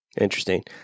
Interesting